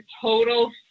total